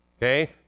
okay